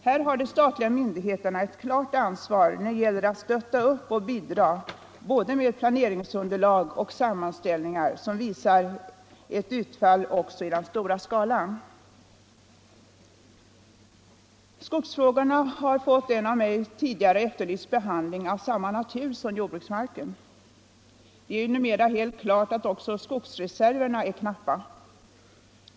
Här har de statliga myndigheterna ett klart ansvar när det gäller att stötta upp och bidra med både planeringsunderlag och sammanställningar, som visar ett utfall också i den stora skalan. Skogsfrågorna har fått en av mig tidigare efterlyst behandling av samma natur som jordbruksmarken. Det står ju numera helt klart att också skogsreserverna är knappa.